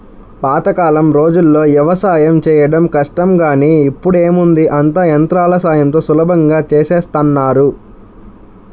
పాతకాలం రోజుల్లో యవసాయం చేయడం కష్టం గానీ ఇప్పుడేముంది అంతా యంత్రాల సాయంతో సులభంగా చేసేత్తన్నారు